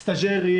סטאג'רים,